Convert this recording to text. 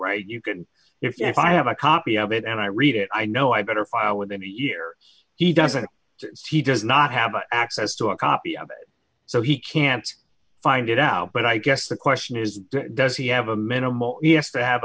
right you could if i have a copy of it and i read it i know i better file within a year he doesn't he does not have access to a copy of it so he can't find it out but i guess the question is does he have a minimal yes to have